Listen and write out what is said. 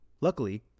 Luckily